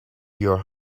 your